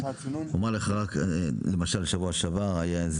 אומר לך רק למשל שבוע שעבר היה איזה